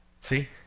See